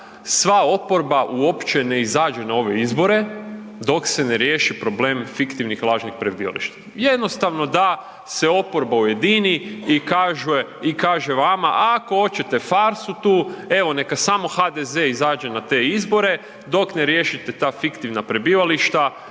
sva oporba uopće ne izađe na ove izbore dok se ne riješi problem fiktivnih lažnih prebivališta. Jednostavno da se oporba ujedini i kaže vama, ako hoćete farsu tu evo neka samo HDZ izađe na te izbore dok ne riješite ta fiktivna prebivališta